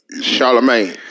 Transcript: Charlemagne